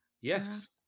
Yes